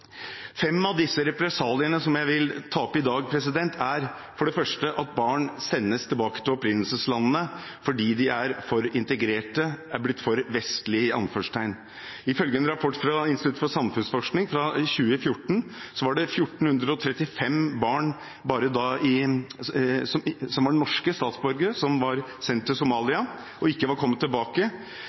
av de fem represaliene som jeg vil ta opp i dag, er at barn sendes tilbake til opprinnelseslandet fordi de er for integrerte, de er blitt for «vestlige». Ifølge en rapport fra Institutt for samfunnsforskning fra 2014 var det 1 435 barn som var norske statsborgere som var sendt til Somalia og ikke var kommet tilbake.